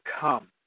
come